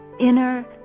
Inner